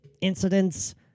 incidents